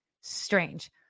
strange